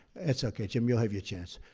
it's okay, jim. you'll have your chance.